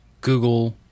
Google